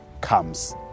comes